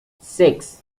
six